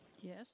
Yes